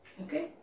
okay